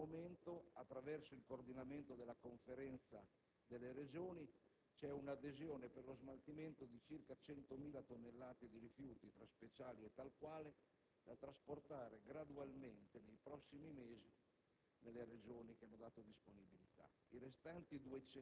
per queste settimane di emergenza straordinaria. Al momento, attraverso il coordinamento della Conferenza delle Regioni, c'è un'adesione per lo smaltimento di circa 100.000 tonnellate di rifiuti, tra speciale e tal quale, da trasportare gradualmente nei prossimi mesi